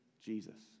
Jesus